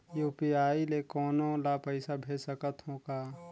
UPI ले कोनो ला पइसा भेज सकत हों का?